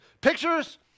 pictures